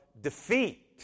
defeat